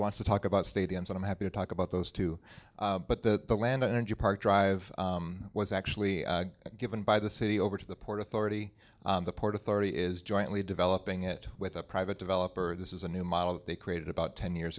wants to talk about stadiums and i'm happy to talk about those too but the landowner part drive was actually given by the city over to the port authority the port authority is jointly developing it with a private developer this is a new model they created about ten years